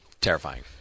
Terrifying